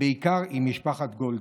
ובעיקר עם משפחת גולדין.